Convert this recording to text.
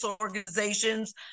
organizations